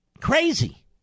Crazy